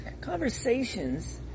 conversations